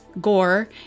Gore